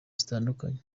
zitandukanye